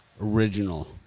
original